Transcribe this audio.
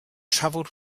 travelled